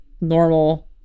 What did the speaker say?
normal